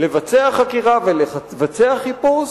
לבצע חקירה ולבצע חיפוש,